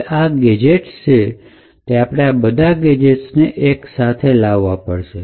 હવે આ ગેજેટ્સ છે તે આપણે આ બધા ગેજેટ્સ ને એક સાથે લાવવા પડશે